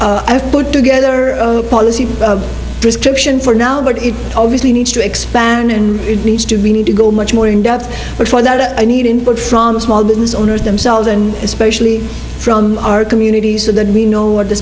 have put together a policy prescription for now but it obviously needs to expand and it needs to be need to go much more in depth but for that i need input from small business owners themselves and especially from our community so that we know what the